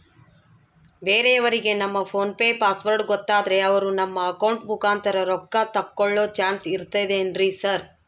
ಬೇರೆಯವರಿಗೆ ನಮ್ಮ PhonePe password ಗೊತ್ತಾದ್ರೆ ಅವರು ನಮ್ಮ ಅಕೌಂಟ್ ಮುಖಾಂತರ ರೊಕ್ಕ ತಕ್ಕೊಳ್ಳೋ ಚಾನ್ಸ್ ಇರ್ತದೆನ್ರಿ ಸರ್?